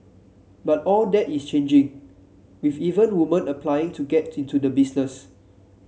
but all that is changing with even women applying to get into the business